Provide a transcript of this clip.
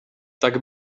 tak